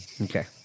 Okay